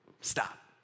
stop